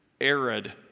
arid